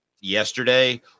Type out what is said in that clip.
yesterday